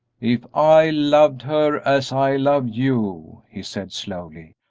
if i loved her as i love you, he said, slowly,